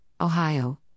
Ohio